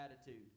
attitude